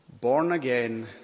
Born-again